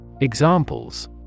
Examples